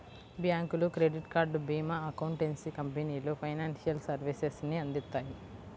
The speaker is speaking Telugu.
బ్యాంకులు, క్రెడిట్ కార్డ్, భీమా, అకౌంటెన్సీ కంపెనీలు ఫైనాన్షియల్ సర్వీసెస్ ని అందిత్తాయి